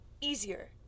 easier